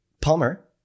Palmer